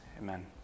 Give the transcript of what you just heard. Amen